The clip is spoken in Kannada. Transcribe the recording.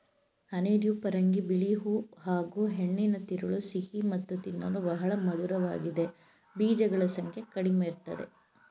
ಹನಿಡ್ಯೂ ಪರಂಗಿ ಬಿಳಿ ಹೂ ಹಾಗೂಹೆಣ್ಣಿನ ತಿರುಳು ಸಿಹಿ ಮತ್ತು ತಿನ್ನಲು ಬಹಳ ಮಧುರವಾಗಿದೆ ಬೀಜಗಳ ಸಂಖ್ಯೆ ಕಡಿಮೆಇರ್ತದೆ